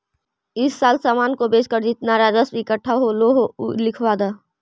इस साल सामान को बेचकर जितना राजस्व इकट्ठा होलो हे उ लिखवा द